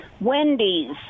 Wendy's